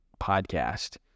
podcast